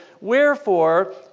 wherefore